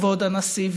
כבוד הנשיא,